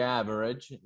average